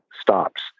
stops